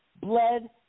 bled